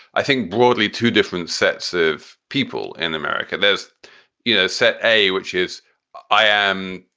i think broadly two different sets of people in america. there's you know set a, which is i am